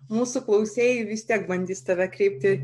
mūsų klausėjai vis tiek bandys tave kreipti